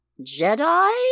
Jedi